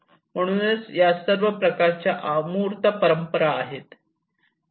म्हणूनच या सर्व प्रकारच्या अमूर्त परंपरा आहेत